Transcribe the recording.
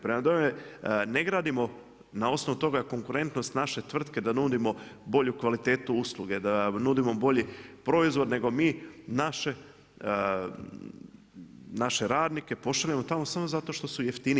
Prema tome, ne gradimo na osnovu toga je konkurentnost naše tvrtke da nudimo bolju kvalitetu usluge, da nudimo bolji proizvod nego mi naše radnike pošaljemo tamo samo zato što su jeftiniji.